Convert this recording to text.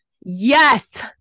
Yes